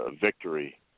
victory